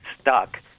stuck